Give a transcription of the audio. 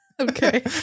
Okay